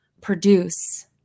produce